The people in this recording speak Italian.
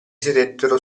sedettero